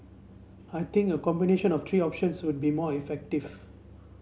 I think a combination of three options would be more effective